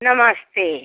नमस्ते